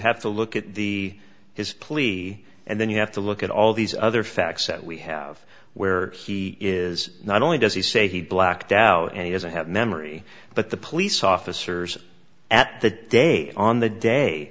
have to look at the his plea and then you have to look at all these other facts that we have where he is not only does he say he blacked out and as i have memory but the police officers at that day on the day